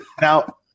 Now